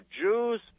Jews